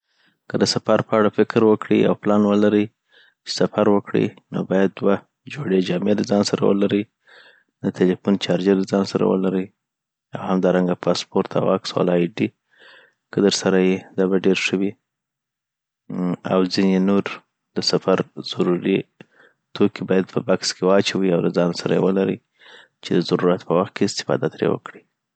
که د سفر په اړه فکر وکړي او پلان ولري چي سفر وکړي نو باید دوه جوړي جامې د ځان سره واخلي د تلفون چارجر د ځان سره ولري او همدارنګه پاسپورت او عکس والا (اي ډي) که درسره یی دا به ډیر ښه وی. او هم ځیني نور د سفر ضروري توکي باید په بکس کي واچوي اوځان سره یی ولری چی دضرورت په وخت کی استفاده تری وکړي